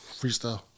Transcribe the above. freestyle